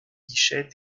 guichet